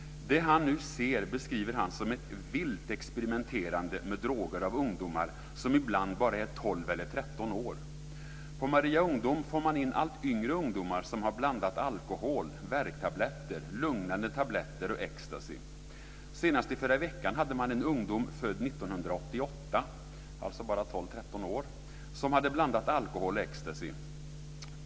Det han nu ser beskriver han som ett vilt experimenterande med droger av ungdomar som ibland bara är 12 eller 13 år. På Maria ungdom får man in allt yngre ungdomar, som har blandat alkohol, värktabletter, lugnande tabletter och ecstasy. Senast i förra veckan hade man en ungdom född 1988, alltså bara 12-13 år, som hade blandat alkohol och ecstasy.